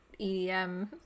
EDM